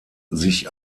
sich